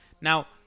Now